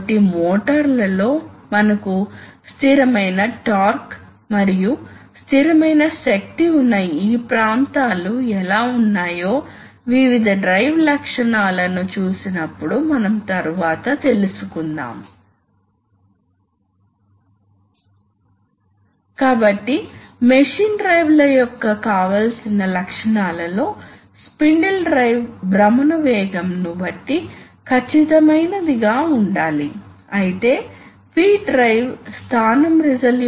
కాబట్టి మీరు కలిగి ఉండాలి మీకు అధిక వాల్యూమ్ అప్లికేషన్ ఉండాలి మరియు పనితీరు అవసరాలు చాలా సాధారణమైనవి ఉండాలి కాస్ట్ ప్రయోజనం ఉంది ఎందుకంటే రిటర్న్ లైన్ లేదు నా ఉద్దేశ్యం ఏమిటంటే ఇది చాలా ఖర్చును ఆదా చేస్తుంది సగం ట్యూబింగ్ వ్యయం లేదు హైడ్రాలిక్స్ మరియు న్యూమాటిక్స్ మాదిరిగానే ఎటువంటి నిలిచిపోయే సమస్య లేదు ఇక్కడ ఎలక్ట్రిక్ లో నిలిచిపోయే సమస్య ఉంది న్యూమాటిక్ లో అగ్ని ప్రమాదం లేదు హైడ్రాలిక్లో ఆయిల్ ఉన్నందున అగ్ని ప్రమాదం ఉంది